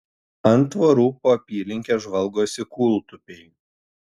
ant tvorų po apylinkes žvalgosi kūltupiai